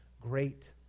great